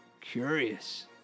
Curious